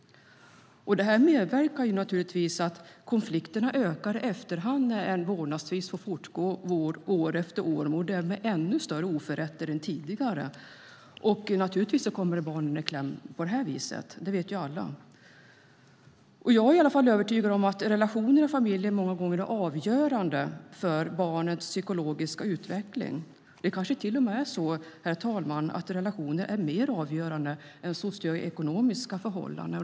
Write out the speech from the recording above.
Det medverkar naturligtvis till att konflikterna ökar efter hand som en vårdnadstvist får fortgå år efter år, och därmed skapas ännu större oförrätter än tidigare. Givetvis kommer barnen i kläm. Det vet alla. Jag är övertygad om att relationen i familjen många gånger är avgörande för barnets psykologiska utveckling. Det kanske till och med är så, herr talman, att relationer är mer avgörande än socioekonomiska förhållanden.